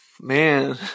man